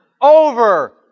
over